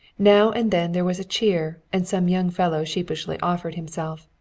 now and then there was a cheer, and some young fellow sheepishly offered himself.